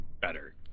Better